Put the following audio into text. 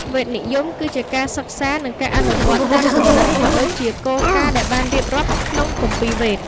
វេទនិយម គឺជាការសិក្សា និងការអនុវត្តតាមគំនិត ក៏ដូចជាគោលការណ៍ដែលបានរៀបរាប់ក្នុង គម្ពីរវេទ។